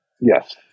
Yes